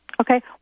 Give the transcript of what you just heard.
Okay